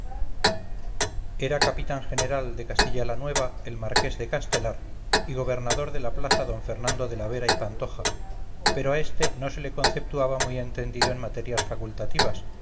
era capitán general de castilla la nueva el marqués de castelar y gobernador de la plaza don fernando de la vera y pantoja pero a este no se le conceptuaba muy entendido en materias facultativas